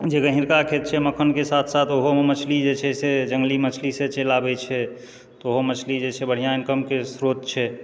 जे गहीरका खेत छै ओहिमे अखन मखानके साथ साथ ओहोमे मछली जे छै से जङ्गली मछलीसँ चलि आबै छै तऽ ओहो मछली जे छै से बढ़िआँ इनकमके स्रोत छै